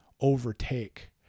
overtake